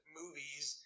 movies